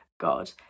god